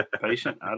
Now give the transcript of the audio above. patient